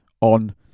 on